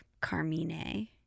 Carmine